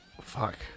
Fuck